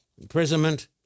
imprisonment